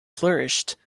flourished